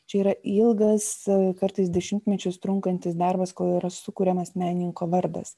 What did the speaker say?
čia yra ilgas kartais dešimtmečius trunkantis darbas kol yra sukuriamas menininko vardas